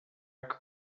que